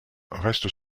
restent